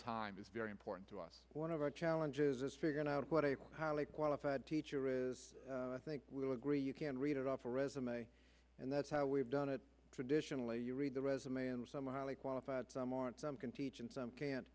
time is very important to us one of our challenges is figuring out what a highly qualified teacher is think we'll agree you can read it off a resume and that's how we've done it traditionally you read the resume and some highly qualified some aren't some can teach and some can't